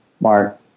Mark